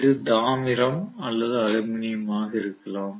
இது தாமிரம் அல்லது அலுமினியமாக இருக்கலாம்